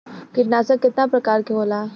कीटनाशक केतना प्रकार के होला?